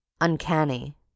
Uncanny